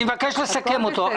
אני מבקש לסכם אותו.